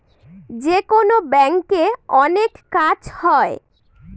যেকোনো ব্যাঙ্কে অনেক কাজ হয়